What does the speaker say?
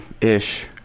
ish